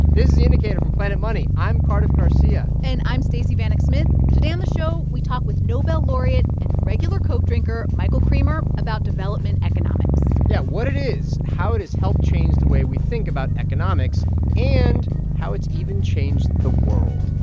this is the indicator from planet money. i'm cardiff garcia and i'm stacey vanek smith. today on the show, we talk with nobel laureate and regular coke drinker michael kremer about development economics yeah what it is, how it has helped change the way we think about economics and how it's even changed the world